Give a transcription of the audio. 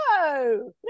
No